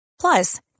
Plus